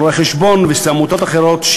של רואי חשבון ועמותות אחרות,